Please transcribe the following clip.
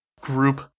group